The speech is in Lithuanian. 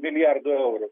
milijardų eurų